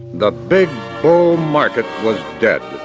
the big bull market was dead,